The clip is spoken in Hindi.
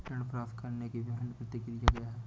ऋण प्राप्त करने की विभिन्न प्रक्रिया क्या हैं?